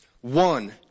One